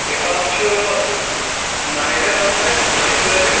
یہِ حظ چھُ نٔیہِ ریٚتہٕ اَنُن اسہِ دٔہِم تٲریٖخ